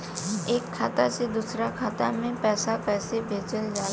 एक खाता से दूसरा खाता में पैसा कइसे भेजल जाला?